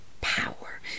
power